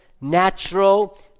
natural